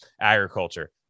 agriculture